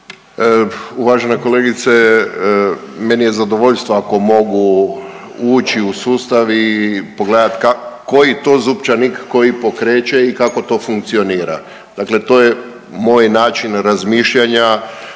Uvažena kolegice, meni je zadovoljstvo ako mogu ući u sustav i pogledat koji je to zupčanik koji pokreće i kako to funkcionira, dakle to je moj način razmišljanja.